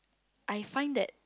I find that